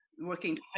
Working